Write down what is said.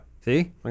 see